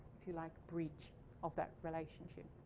if you like, breach of that relationship.